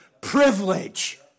Privilege